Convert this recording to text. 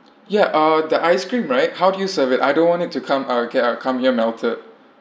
ya uh the ice cream right how do you serve it I don't want it to come uh came uh come here melted